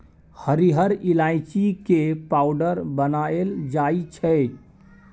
हरिहर ईलाइची के पाउडर बनाएल जाइ छै